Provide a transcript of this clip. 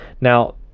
now